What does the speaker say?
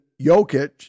Jokic